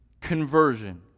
conversion